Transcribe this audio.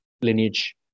lineage